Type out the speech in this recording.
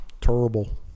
terrible